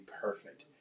perfect